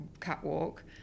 catwalk